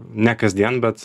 ne kasdien bet